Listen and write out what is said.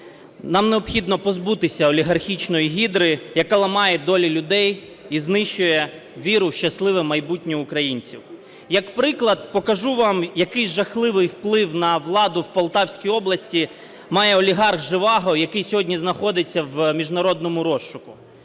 Нам необхідно позбутися олігархічної гідри, яка ламає долі людей і знищує віру в щасливе майбутнє українців. Як приклад покажу вам, який жахливий вплив на владу в Полтавській області має олігарх Жеваго, який сьогодні знаходиться в міжнародному розшуку.